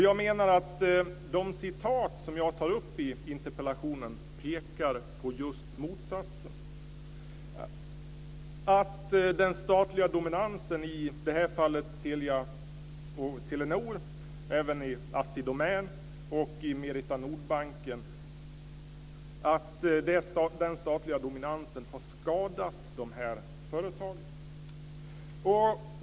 Jag menar att de citat jag tar upp i interpellationen pekar på motsatsen. Den statliga dominansen i Telia Nordbanken har skadat dessa företag.